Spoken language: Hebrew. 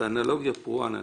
באנלוגיה פרועה: